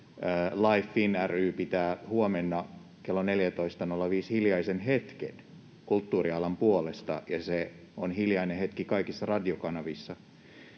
LiveFIN ry pitää huomenna kello 14.05 hiljaisen hetken kulttuurialan puolesta, ja se on hiljainen hetki kaikissa radiokanavissa.